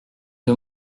que